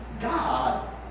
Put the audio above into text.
God